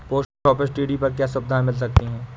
Post office TD पर क्या सुविधाएँ मिल सकती है?